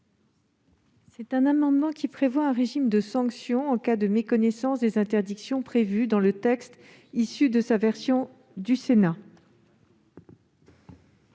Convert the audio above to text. Cet amendement tend à prévoir un régime de sanctions en cas de méconnaissance des interdictions prévues dans le texte issu de l'examen du Sénat.